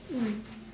mm